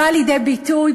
בא לידי ביטוי,